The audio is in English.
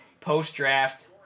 post-draft